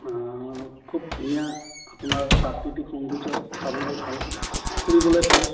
খুব ধুনীয়া আপোনাৰ প্ৰাকৃতিক সৌন্দৰ্য চাবলৈ ভাল ফুৰিবলে ভাল